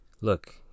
Look